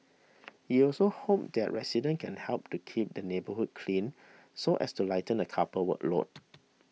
he also hopes that residents can help to keep the neighbourhood clean so as to lighten the couple's workload